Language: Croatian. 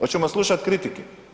Oćemo slušat kritike?